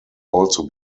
also